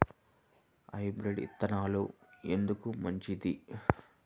Hybrid విత్తనాలు ఎందుకు మంచిది?